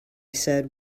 said